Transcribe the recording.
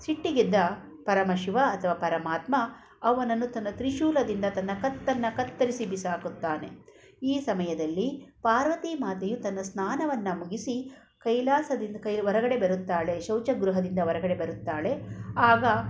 ಸಿಟ್ಟಿಗೆದ್ದ ಪರಮಶಿವ ಅಥವಾ ಪರಮಾತ್ಮ ಅವನನ್ನು ತನ್ನ ತ್ರಿಶೂಲದಿಂದ ತನ್ನ ಕತ್ತನ್ನು ಕತ್ತರಿಸಿ ಬಿಸಾಕುತ್ತಾನೆ ಈ ಸಮಯದಲ್ಲಿ ಪಾರ್ವತಿ ಮಾತೆಯು ತನ್ನ ಸ್ನಾನವನ್ನು ಮುಗಿಸಿ ಕೈಲಾಸದಿಂದ ಕೈಲಿ ಹೊರಗಡೆ ಬರುತ್ತಾಳೆ ಶೌಚಗೃಹದಿಂದ ಹೊರಗಡೆ ಬರುತ್ತಾಳೆ ಆಗ